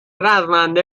رزمنده